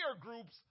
groups